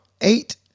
eight